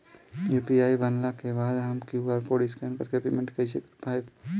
UPI बनला के बाद हम क्यू.आर कोड स्कैन कर के पेमेंट कइसे कर पाएम?